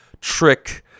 Trick